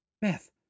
Beth